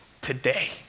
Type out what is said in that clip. today